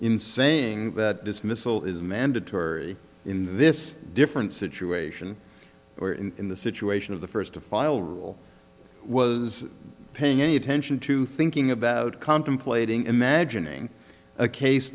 in saying that dismissal is mandatory in this different situation or in the situation of the first to file rule was paying any attention to thinking about contemplating imagining a case